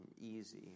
easy